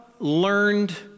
learned